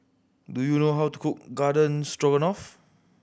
do you know how to cook Garden Stroganoff